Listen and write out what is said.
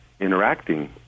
interacting